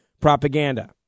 propaganda